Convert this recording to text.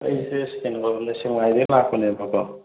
ꯑꯩꯁꯦ ꯀꯩꯅꯣꯔꯣꯝꯗꯩ ꯁꯦꯛꯃꯥꯏꯗꯩ ꯂꯥꯛꯄꯅꯦꯕꯀꯣ